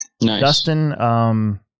Dustin